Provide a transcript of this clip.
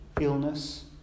illness